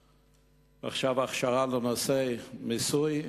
עשה הכשרה בנושא מיסוי,